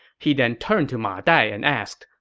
he then turned to ma dai and asked,